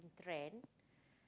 trend